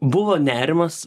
buvo nerimas